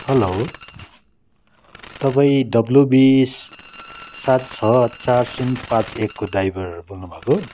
hello तपाईँ W B सात छ चार शून्य पाँच एकको ड्राइभर बोल्नु भएको हो